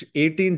18